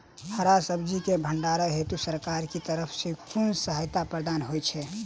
हरा सब्जी केँ भण्डारण हेतु सरकार की तरफ सँ कुन सहायता प्राप्त होइ छै?